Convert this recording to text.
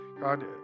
God